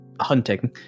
hunting